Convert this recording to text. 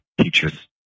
teachers